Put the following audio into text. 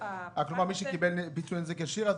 מי שקיבל פיצוי על נזק ישיר,